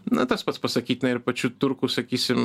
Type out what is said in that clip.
na tas pats pasakytina ir pačių turkų sakysim